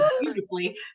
beautifully